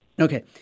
Okay